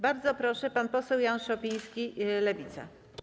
Bardzo proszę, pan poseł Jan Szopiński, Lewica.